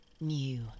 new